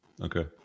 Okay